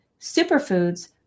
superfoods